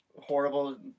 horrible